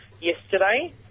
Yesterday